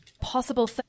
Possible